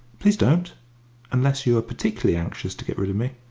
please don't unless you are particularly anxious to get rid of me.